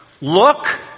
look